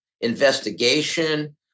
investigation